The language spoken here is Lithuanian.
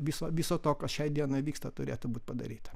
viso viso to kas šią dieną vyksta turėtų būti padaryta